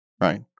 right